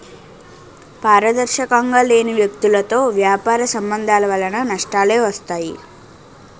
పారదర్శకంగా లేని వ్యక్తులతో వ్యాపార సంబంధాల వలన నష్టాలే వస్తాయి